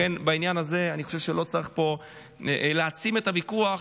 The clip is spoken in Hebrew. לכן בעניין הזה אני חושב שלא צריך פה להעצים את הוויכוח,